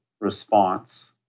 response